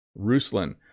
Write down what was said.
Ruslan